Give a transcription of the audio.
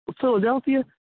Philadelphia